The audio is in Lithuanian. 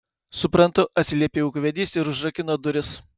suprantu atsiliepė ūkvedys ir užrakino duris